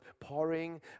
pouring